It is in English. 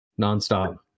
nonstop